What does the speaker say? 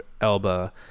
Elba